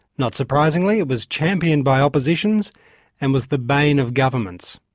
not surprisingly, it was championed by oppositions and was the bane of governments,